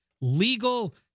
Legal